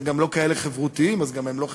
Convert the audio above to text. שגם לא כאלה חברותיים אז הם גם לא חברתיים,